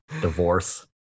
divorce